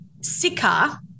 sicker